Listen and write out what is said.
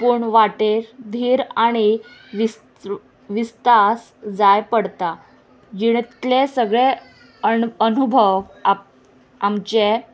पूण वाटेर धीर आनी विस्त विस्तार जाय पडटा जिणेंतले सगळे अण अनुभव आप आमचे